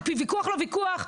ויכוח או לא ויכוח,